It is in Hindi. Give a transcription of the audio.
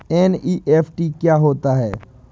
एन.ई.एफ.टी क्या होता है?